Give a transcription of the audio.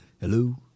Hello